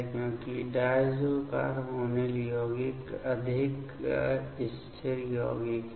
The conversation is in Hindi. क्योंकि डायज़ो कार्बोनिल यौगिक अधिक स्थिर यौगिक हैं